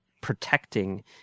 protecting